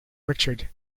richard